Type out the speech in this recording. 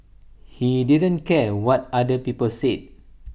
he didn't care what other people said